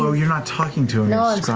so you're not talking to him,